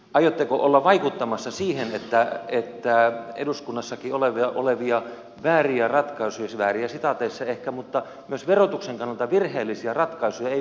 aiotteko olla vaikuttamassa siihen että eduskunnassakin olevia vääriä ratkaisuja vääriä sitaateissa ehkä mutta myös verotuksen kannalta virheellisiä ratkaisuja ei viedä läpi